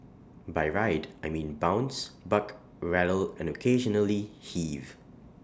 by ride I mean bounce buck rattle and occasionally heave